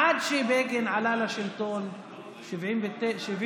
עד שבגין עלה לשלטון ב-1977,